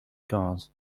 cars